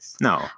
No